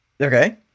Okay